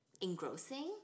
engrossing